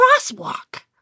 crosswalk